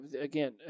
again